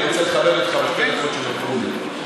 אני רוצה לכבד אותך בשתי הדקות שנותרו לי.